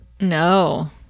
No